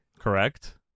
Correct